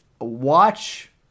watch